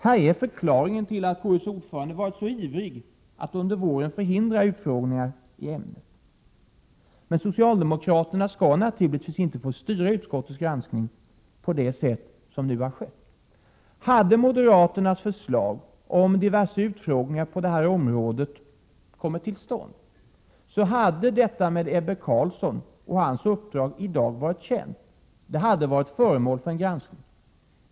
Här är förklaringen till att KU:s ordförande varit så ivrig att under våren förhindra utfrågningar i ämnet. Men socialdemokraterna skall inte få styra utskottets granskning på det sätt som nu har skett. Hade moderaternas förslag om diverse utfrågningar på detta område kommit till stånd hade detta med Ebbe Carlsson och hans uppdrag i dag varit känt. Det hade varit föremål för en granskning.